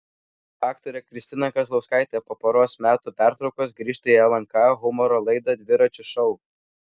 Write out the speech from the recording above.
aktorė kristina kazlauskaitė po poros metų pertraukos grįžta į lnk humoro laidą dviračio šou